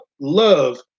love